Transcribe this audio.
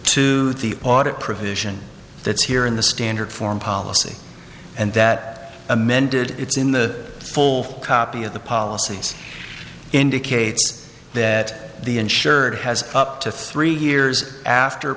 to the audit provision that's here in the standard form policy and that amended it's in the full copy of the policies indicates that the insured has up to three years after